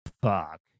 fuck